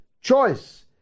choice